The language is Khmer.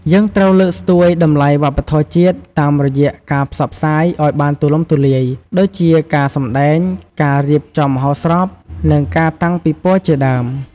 យើងត្រូវលើកស្ទួយតម្លៃវប្បធម៌ជាតិ តាមរយៈការផ្សព្វផ្សាយឲ្យបានទូលំទូលាយ ដូចជាការសម្ដែង ការរៀបចំមហោស្រព និងការតាំងពិព័រណ៍ជាដើម។